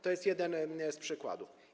To jest jeden z przykładów.